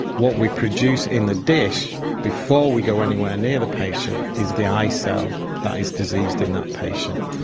what we produce in the dish before we go anywhere near the patient is the eye cell that is diseased in that patient.